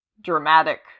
dramatic